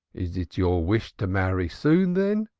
is it your wish to marry soon, then?